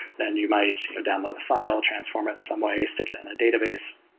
then you might download the file, transform it in some way, stick it in a database,